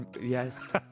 Yes